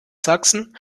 sachsen